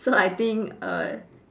so I think err